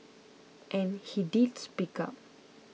and he did speak up